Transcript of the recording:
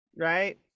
right